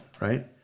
right